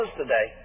today